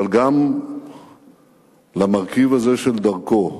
אבל גם למרכיב הזה של דרכו,